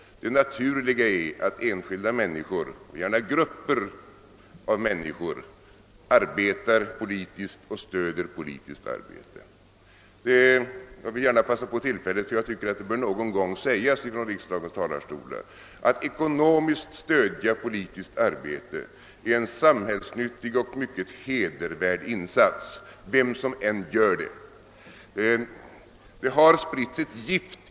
Det naturliga är att enskilda människor, gärna grupper av människor, arbetar politiskt och stöder politiskt arbete. Jag tycker att det någon gång bör sägas från riksdagens talarstol — och därför vill jag nu passa på tillfället att understryka detta — att det är en samhällsnyttig och mycket hedervärd insats att ekonomiskt stödja politiskt arbete, vem som än gör det.